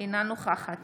אינה נוכחת